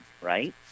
right